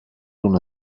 una